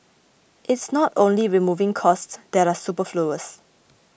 it's not only removing costs that are superfluous